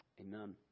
Amen